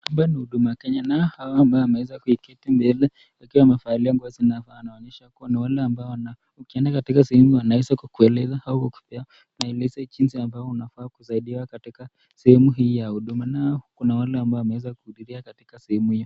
Hapa ni huduma Kenya na hawa ambao wameweza kuketi mbele wakiwa wamevalia nguo zinafanana ni wale ambao ukienda sehemu wanaweza kukueleza jinsi ambavyo unafaa kusaidiwa katika sehemu hii ya huduma na kuna wale ambao wameweza kuhudhuria katika sehemu hiyo.